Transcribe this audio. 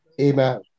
Amen